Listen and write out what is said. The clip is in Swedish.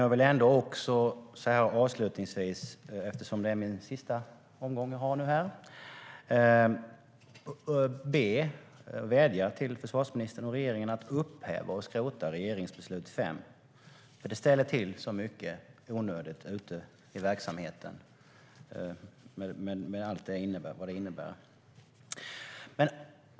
Jag vill dock vädja till försvarsministern och regeringen att upphäva och skrota regeringsbeslut 5, för det ställer till så mycket onödigt ute i verksamheten med allt vad det innebär.